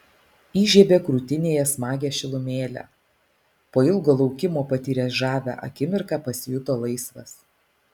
įžiebė krūtinėje smagią šilumėlę po ilgo laukimo patyręs žavią akimirką pasijuto laisvas